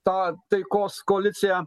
tą taikos koaliciją